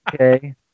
Okay